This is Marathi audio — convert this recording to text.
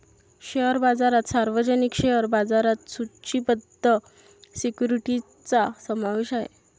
शेअर बाजारात सार्वजनिक शेअर बाजारात सूचीबद्ध सिक्युरिटीजचा समावेश आहे